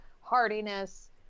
hardiness